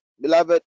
beloved